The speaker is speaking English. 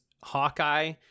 hawkeye